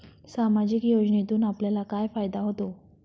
सामाजिक योजनेतून आपल्याला काय फायदा होतो?